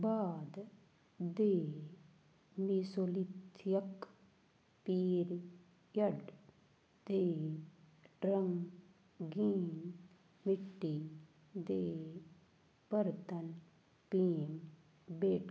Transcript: ਬਾਅਦ ਦੇ mesolithic period ਦੇ ਰੰਗੀਨ ਮਿੱਟੀ ਦੇ ਬਰਤਨ ਭੀਮਬੇਟਕਾ